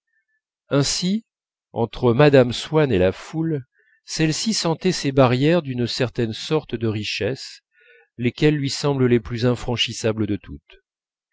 ainsi entre mme swann et la foule celle-ci sentait ces barrières d'une certaine sorte de richesse lesquelles lui semblent plus infranchissables de toutes